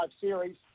series